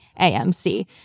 AMC